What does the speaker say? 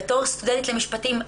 בתור סטודנטית למשפטים,